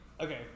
okay